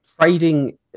Trading